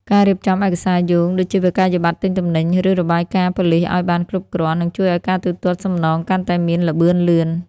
ការរៀបចំ ឯកសារយោង ដូចជាវិក្កយបត្រទិញទំនិញ ឬរបាយការណ៍ប៉ូលីសឱ្យបានគ្រប់គ្រាន់ នឹងជួយឱ្យការទូទាត់សំណងកាន់តែមានល្បឿនលឿន។